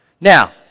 Now